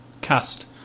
cast